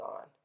on